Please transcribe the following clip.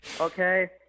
okay